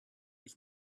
ich